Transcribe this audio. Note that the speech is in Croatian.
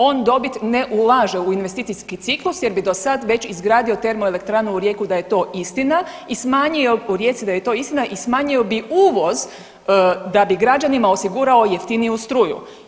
On dobit ne ulaže u investicijski ciklus jer bi do sada već izgradio termoelektranu u Rijeci u da je to istina i smanjio u Rijeci da je to istina i smanjio bi uvoz da bi građanima osigurao jeftiniju struju.